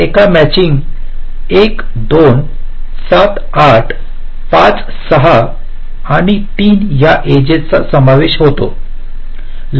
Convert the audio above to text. तर एका मॅचिंग 1 2 7 8 5 6 आणि 3 या एजेस चा समावेश होता